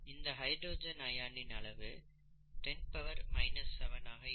இந்த ஹைட்ரஜன் அயானின் அளவு 10 7 ஆக இருக்கும்